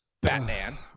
Batman